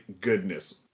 goodness